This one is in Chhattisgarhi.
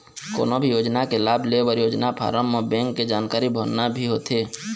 कोनो भी योजना के लाभ लेबर योजना फारम म बेंक के जानकारी भरना भी होथे